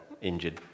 injured